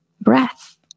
breath